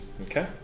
Okay